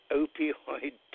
opioid